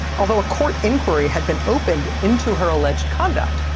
although a court inquiry had been opened into her alleged conduct,